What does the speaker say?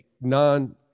non